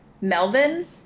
Melvin